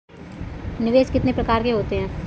निवेश कितने प्रकार के होते हैं?